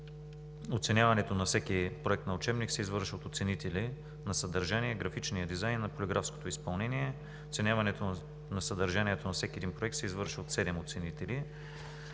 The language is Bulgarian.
Оценяването на всеки проект на учебник се извършва от оценители на съдържание, графичен дизайн и полиграфското изпълнение. Оценяването на съдържанието на всеки проект се извършва от седем оценители